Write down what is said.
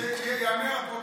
זה אני רוצה שייאמר לפרוטוקול.